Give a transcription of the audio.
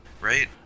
right